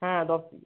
হ্যাঁ দশ কিলো